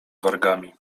wargami